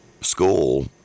school